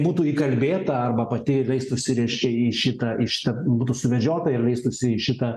būtų įkalbėta arba pati leistųsi reiškia į šitą į šitą būtų suvedžiota ir leistųsi į šitą